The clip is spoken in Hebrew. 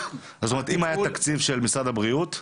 שאם היה תקציב ממשרד הבריאות,